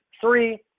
three